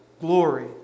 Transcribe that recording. glory